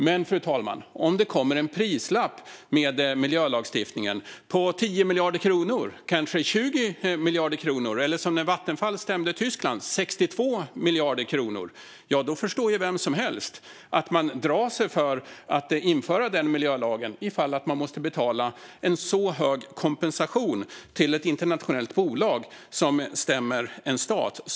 Men om det kommer en prislapp med miljölagstiftningen på 10 miljarder kronor, kanske 20 miljarder kronor eller, som när Vattenfall stämde Tyskland, 62 miljarder kronor förstår vem som helst att man drar sig för att införa den miljölagen - om man måste betala en så hög kompensation till ett internationellt bolag som stämmer en stat.